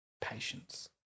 patience